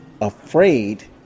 afraid